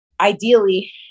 Ideally